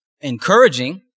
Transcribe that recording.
encouraging